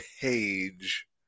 page